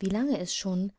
wie lange es mich schon